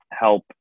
help